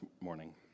morning